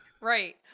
Right